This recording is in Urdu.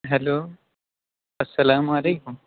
ہیلو السلام علیکم